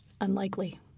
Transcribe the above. unlikely